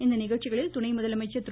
இந்நிகழ்ச்சிகளில் துணை முதலமைச்சர் திரு